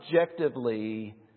objectively